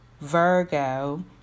Virgo